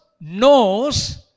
knows